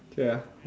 okay ah